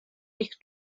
eich